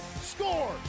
scores